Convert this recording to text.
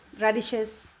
radishes